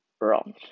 wrong